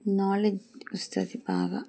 knowledge వస్తుంది బాగా